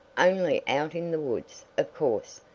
only out in the woods, of course,